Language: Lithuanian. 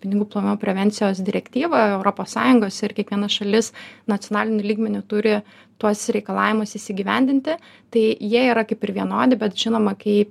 pinigų plovimo prevencijos direktyva europos sąjungos ir kiekviena šalis nacionaliniu lygmeniu turi tuos reikalavimus įsigyvendinti tai jie yra kaip ir vienodi bet žinoma kai